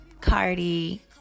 Cardi